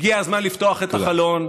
הגיע הזמן לפתוח את החלון,